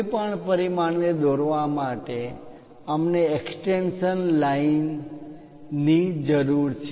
કોઈપણ પરિમાણને દોરવા માટે અમને એક્સ્ટેંશન લાઇનની extension lines વિસ્તરણ રેખા જરૂર છે